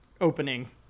opening